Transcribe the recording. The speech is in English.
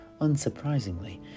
unsurprisingly